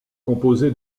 composé